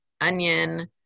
onion